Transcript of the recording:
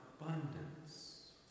abundance